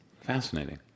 Fascinating